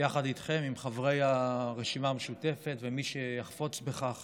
יחד איתכם, עם חברי הרשימה המשותפת ומי שיחפוץ בכך